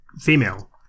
female